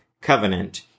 covenant